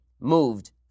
moved